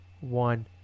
one